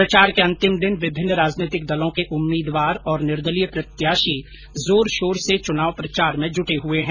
प्रचार के अंतिम दिन विभिन्न राजनैतिक दलों के उम्मीदवार और निर्दलीय प्रत्याशी जोर शोर से चुनाव प्रचार में जुटे हए हैं